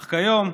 אך כיום,